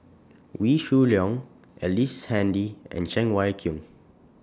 Wee Shoo Leong Ellice Handy and Cheng Wai Keung